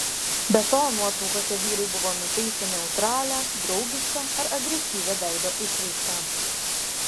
be to nuotraukose vyrai buvo nutaisę neutralią draugišką ar agresyvią veido išraišką